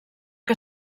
que